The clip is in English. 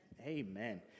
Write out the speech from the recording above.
Amen